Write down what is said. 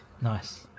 Nice